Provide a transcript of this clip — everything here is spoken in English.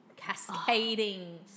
Cascading